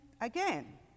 again